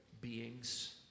beings